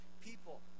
people